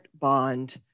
bond